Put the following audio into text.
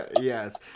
Yes